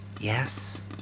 Yes